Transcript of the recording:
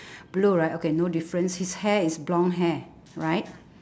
blue right okay theres no difference his hair is blonde hair right